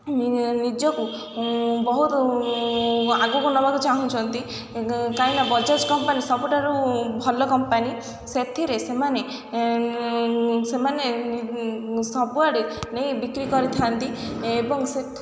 ନିଜକୁ ବହୁତ ଆଗକୁ ନେବାକୁ ଚାହୁଁଛନ୍ତି କାହିଁକିନା ବଜାଜ୍ କମ୍ପାନୀ ସବୁଠାରୁ ଭଲ କମ୍ପାନୀ ସେଥିରେ ସେମାନେ ସେମାନେ ସବୁଆଡ଼େ ନେଇ ବିକ୍ରି କରିଥାନ୍ତି ଏବଂ ସେ